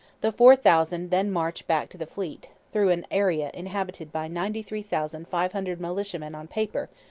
the four thousand then marched back to the fleet, through an area inhabited by ninety three thousand five hundred militiamen on paper,